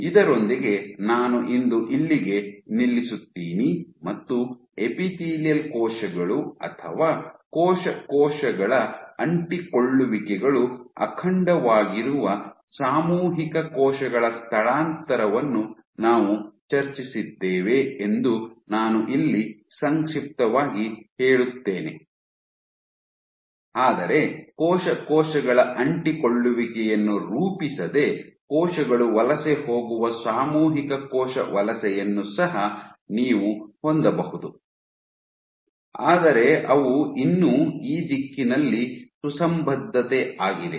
ಇದರೊಂದಿಗೆ ನಾನು ಇಂದು ಇಲ್ಲಿಗೆ ನಿಲ್ಲಿಸುತ್ತೀನಿ ಮತ್ತು ಎಪಿಥೇಲಿಯಲ್ ಕೋಶಗಳು ಅಥವಾ ಕೋಶ ಕೋಶಗಳ ಅಂಟಿಕೊಳ್ಳುವಿಕೆಗಳು ಅಖಂಡವಾಗಿರುವ ಸಾಮೂಹಿಕ ಕೋಶಗಳ ಸ್ಥಳಾಂತರವನ್ನು ನಾವು ಚರ್ಚಿಸಿದ್ದೇವೆ ಎಂದು ನಾನು ಇಲ್ಲಿ ಸಂಕ್ಷಿಪ್ತವಾಗಿ ಹೇಳುತ್ತೇನೆ ಆದರೆ ಕೋಶ ಕೋಶಗಳ ಅಂಟಿಕೊಳ್ಳುವಿಕೆಯನ್ನು ರೂಪಿಸದೆ ಕೋಶಗಳು ವಲಸೆ ಹೋಗುವ ಸಾಮೂಹಿಕ ಕೋಶ ವಲಸೆಯನ್ನು ಸಹ ನೀವು ಹೊಂದಬಹುದು ಆದರೆ ಅವು ಇನ್ನೂ ಈ ದಿಕ್ಕಿನಲ್ಲಿ ಸುಸಂಬದ್ಧತೆ ಆಗಿದೆ